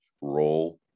role